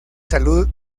salud